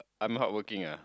I'm hardworking ah